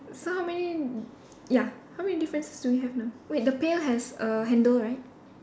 so how many ya how many differences do we have now wait the pail has a handle right